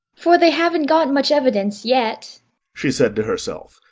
for they haven't got much evidence yet she said to herself.